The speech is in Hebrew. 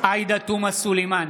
עאידה תומא סלימאן,